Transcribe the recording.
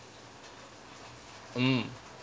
mm